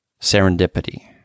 Serendipity